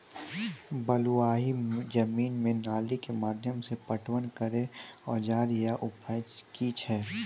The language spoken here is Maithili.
बलूआही जमीन मे नाली के माध्यम से पटवन करै औजार या उपाय की छै?